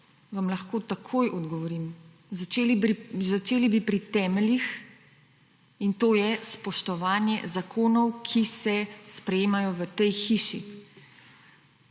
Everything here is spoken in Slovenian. vam lahko takoj odgovorim. Začeli bi pri temeljih, in to je spoštovanje zakonov, ki se sprejemajo v tej hiši.